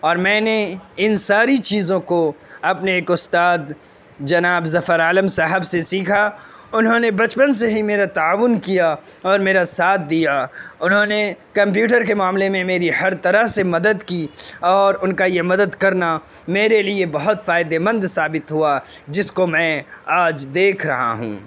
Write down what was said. اور میں نے ان ساری چیزوں کو اپنے ایک استاد جناب ظفر عالم صاحب سے سیکھا انہوں نے بچپن سے ہی میرا تعاون کیا اور میرا ساتھ دیا انہوں نے کمپیوٹر کے معاملے میں میری ہر طرح سے مدد کی اور ان کا یہ مدد کرنا میرے لیے بہت فائدہ مند ثابت ہوا جس کو میں آج دیکھ رہا ہوں